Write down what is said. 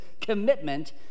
commitment